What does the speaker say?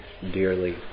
dearly